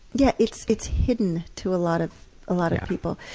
yeah, it's it's hidden to a lot of lot of people.